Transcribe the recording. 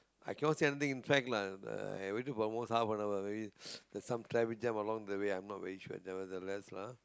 I can not say anything in fact lah but I waited for almost half an hour maybe there's some traffic jam along the way I'm not sure very sure nevertheless ah